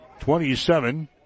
27